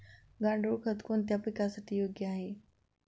गांडूळ खत कोणत्या पिकासाठी योग्य आहे?